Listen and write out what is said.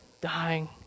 dying